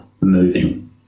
moving